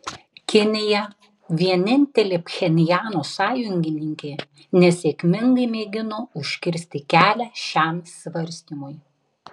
kinija vienintelė pchenjano sąjungininkė nesėkmingai mėgino užkirsti kelią šiam svarstymui